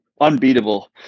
Unbeatable